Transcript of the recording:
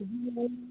जी ma'am